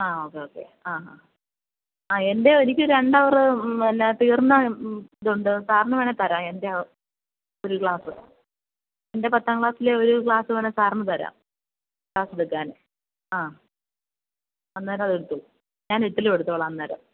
ആ okay okay ആ ഹാ ആ എന്റെ എനിക്ക് രണ്ട് അവറ് പിന്നെ തീര്ന്ന ഇതുണ്ട് സാറിന് വേണേൽ തരാം എന്റെ അവറ് ഒരു ക്ലാസ്സ് എന്റെ പത്താം ക്ലാസിലെ ഒരു ക്ലാസ് വേണേൽ സാറിന് തരാം ക്ലാസ് എടുക്കാൻ ആ അന്നേരം അതെടുത്ത് ഞാന് എട്ടിലും എടുത്തോളാം അന്നേരം